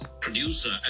producer